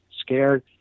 scared